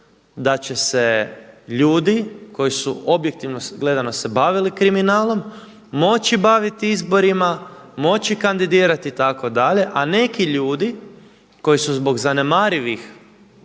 da će se ljudi koji su objektivno gledano se bavili kriminalom moći baviti izborima, moći kandidirati itd., a neki ljudi koji su zbog zanemarivih